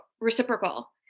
reciprocal